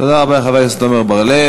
תודה רבה לחבר הכנסת עמר בר-לב.